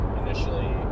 initially